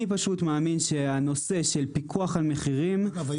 אני פשוט מאמין שהנושא של פיקוח על מחירים --- אגב,